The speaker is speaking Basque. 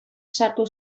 sartu